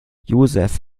joseph